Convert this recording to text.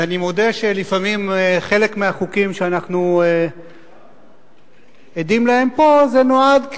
ואני מודה שלפעמים חלק מהחוקים שאנחנו עדים להם פה נועדו,